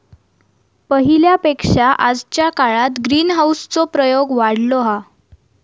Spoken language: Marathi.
पहिल्या पेक्षा आजच्या काळात ग्रीनहाऊस चो प्रयोग वाढलो हा